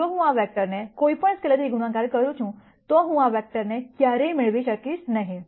જો હું આ વેક્ટરને કોઈપણ સ્કેલેરથી ગુણાકાર કરું છું તો હું આ વેક્ટરને ક્યારેય મેળવી શકીશ નહીં